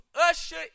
usher